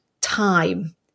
time